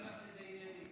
שזה ענייני.